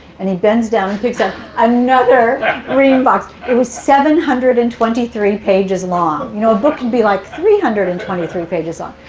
and he bends down and picks up another ream box. it was seven hundred and twenty three pages long. you know, a book can be like three hundred and twenty two pages long.